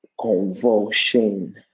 convulsion